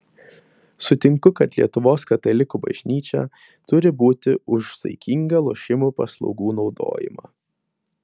sutinku kad lietuvos katalikų bažnyčia turi būti už saikingą lošimų paslaugų naudojimą